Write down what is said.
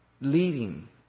leading